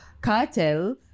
Cartel